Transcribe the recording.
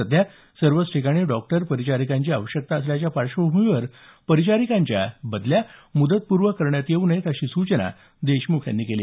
सध्या सर्वच ठिकाणी डॉक्टर परिचारिकांची आवश्यकता असल्याच्या पार्श्वभूमीवर परिचारिकांच्या बदल्या मुदतपूर्व करण्यात येऊ नयेत अशी सूचना देशमुख यांनी केली